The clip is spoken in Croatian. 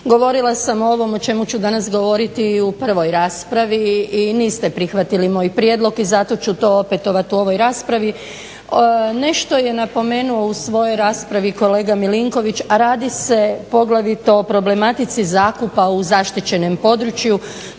Govorila sam o ovom o čemu ću danas govoriti u prvoj raspravi i niste prihvatili moj prijedlog i zato ću to opetovat u ovoj raspravi. Nešto je napomenuo u svojoj raspravi kolega Milinković, a radi se poglavito o problematici zakupa u zaštićenom području,